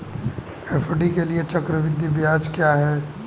FD के लिए चक्रवृद्धि ब्याज क्या है?